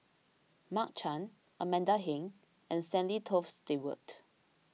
Mark Chan Amanda Heng and Stanley Toft Stewart